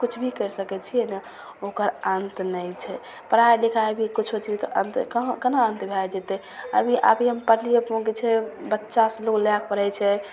किछु भी करि सकै छिए ने ओकर अन्त नहि छै पढ़ाइ लिखाइ भी किछु भी चीजके अन्त कहाँ कोना अन्त भै जएतै अभी अभी हम पढ़लिए कि कहै छै बच्चासे लोक लैके पढ़ै छै